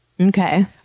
Okay